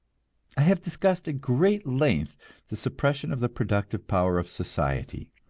i have discussed at great length the suppression of the productive power of society.